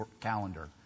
calendar